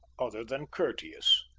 other than courteous.